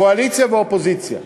קואליציה ואופוזיציה.